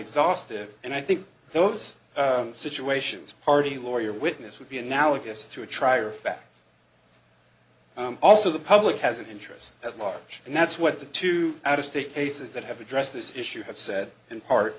exhaustive and i think those situations party lawyer witness would be analogous to a trier of fact also the public has an interest at large and that's what the two out of state cases that have addressed this issue have said in part